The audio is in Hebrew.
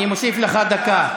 אני מוסיף לך דקה.